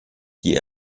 die